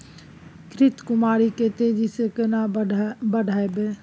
घृत कुमारी के तेजी से केना बढईये?